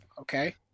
okay